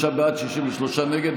55 בעד, 63 נגד.